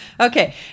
Okay